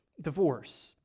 divorce